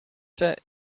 set